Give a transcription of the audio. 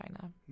China